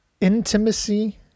intimacy